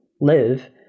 live